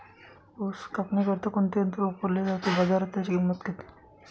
ऊस कापणीकरिता कोणते यंत्र वापरले जाते? बाजारात त्याची किंमत किती?